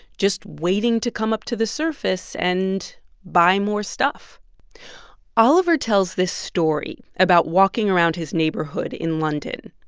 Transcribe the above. just waiting to come up to the surface and buy more stuff oliver tells this story about walking around his neighborhood in london.